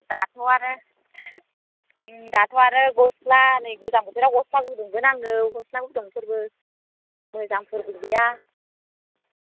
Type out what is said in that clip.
दाथ' आरो उम दाथ' आरो गस्ला नै गोजां बोथोराव गस्ला गुदुंबो नांगौ गस्ला गुदुंफोरबो मोजांफोरबो गैया